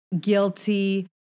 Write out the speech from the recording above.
Guilty